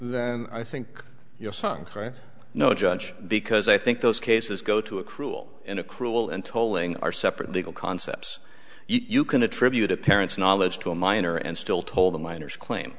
then i think you're sunk right no judge because i think those cases go to a cruel in a cruel and tolling are separate legal concepts you can attribute a parent's knowledge to a minor and still told the minors claim